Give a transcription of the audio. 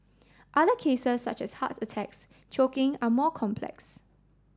other cases such as heart attacks choking are more complex